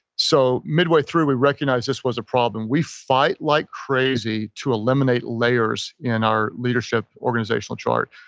so mid way through we recognized this was a problem. we fight like crazy to eliminate layers in our leadership organizational chart.